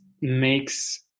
makes